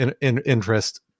interest